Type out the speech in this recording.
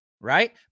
right